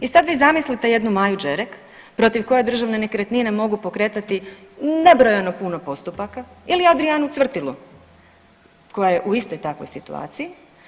I sad vi zamislite jednu Maju Đerek protiv koje državne nekretnine mogu pokretati nebrojeno puno postupaka ili Adrijanu Cvrtilu koja je u istoj takvoj situaciji.